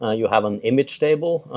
ah you have an image table,